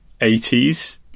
80s